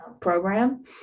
program